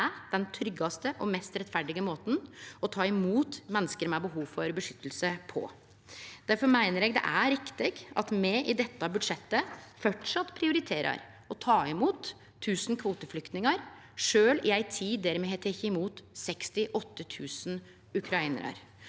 den tryggaste og mest rettferdige måten å ta imot menneske med behov for beskyttelse på. Difor meiner eg det er riktig at me i dette budsjettet framleis prioriterer å ta imot 1 000 kvoteflyktningar, sjølv i ei tid der me har teke imot 68 000 ukrainarar,